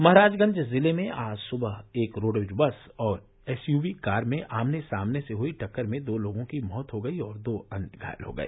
महराजगंज जिले में आज सुबह एक रोडवेज बस और एसयूवी कार में आमने सामने से हुई टक्कर में दो लोगों की मौत हो गयी और दो अन्य घायल हो गए